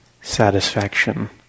satisfaction